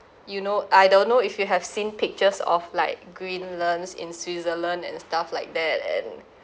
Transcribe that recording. you know I don't know if you have seen pictures of like green lands in switzerland and stuff like that and